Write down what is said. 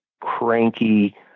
cranky